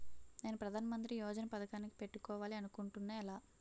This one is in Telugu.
నేను ప్రధానమంత్రి యోజన పథకానికి పెట్టుకోవాలి అనుకుంటున్నా ఎలా?